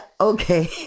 okay